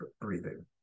breathing